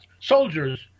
soldiers